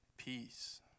Peace